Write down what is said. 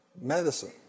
Medicine